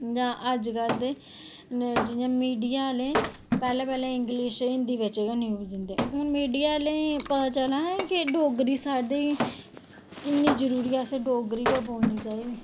जां अज्जकल दे जां मीडिया दे पैह्लें पैह्लें इंगलिश हिंदी बिच गै न्यूज़ दिंदे हे की मीडिया आह्लें गी पता चला दा की हून डोगरी साढ़े ताईं किन्नी जरूरी ऐ डोगरी गै बोलना चाहिदी साढ़े आस्तै